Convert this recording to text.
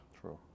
true